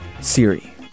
Siri